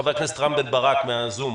חבר הכנסת רם בן ברק מן הזום.